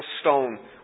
stone